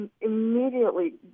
immediately